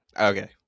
okay